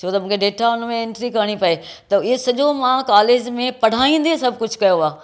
छो त मूंखे डेटा हुन मे एंट्री करिणी पए त इहो सॼो मां कालेज में पढ़ाईंदे सभु कुझु कयो आहे